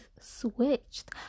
switched